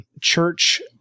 church